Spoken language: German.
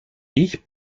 ich